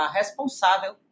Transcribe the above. responsável